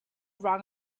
wrong